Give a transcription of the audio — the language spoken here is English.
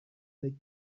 they